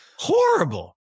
Horrible